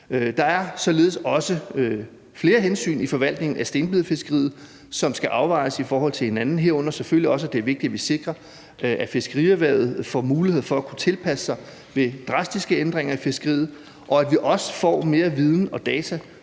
Der er således også flere hensyn i forvaltningen af stenbiderfiskeriet, som skal afvejes i forhold til hinanden, herunder selvfølgelig også, at det er vigtigt, at vi sikrer, at fiskerierhvervet får muligheder for at kunne tilpasse sig ved drastiske ændringer i fiskeriet, og at vi også får mere viden og data